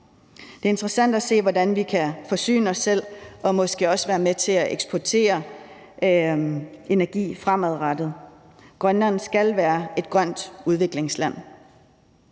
Det er interessant at se, hvordan vi kan forsyne os selv og måske også være med til at eksportere energi fremadrettet. Grønland skal være et grønt udviklingsland.